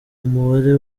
umubare